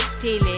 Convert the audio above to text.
Chile